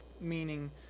meaning